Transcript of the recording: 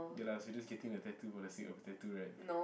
ya lah so you just getting the tattoo for the sake of a tattoo [right]